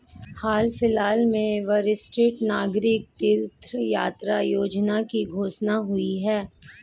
हाल फिलहाल में वरिष्ठ नागरिक तीर्थ यात्रा योजना की घोषणा हुई है